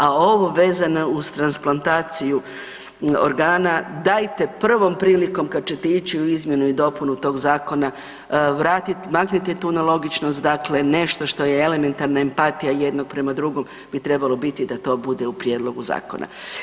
A ovo vezano uz transplantaciju organa dajete prvom prilikom kad ćete ići u izmjenu i dopunu tog zakona vratit, maknite tu nelogičnost, dakle nešto što je elementarna empatija jedno prema drugom bi trebalo biti da to bude u prijedlogu zakona.